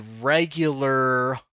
regular